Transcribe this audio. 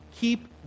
Keep